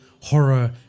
horror